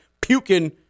puking